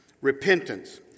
Repentance